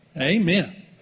Amen